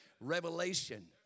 revelation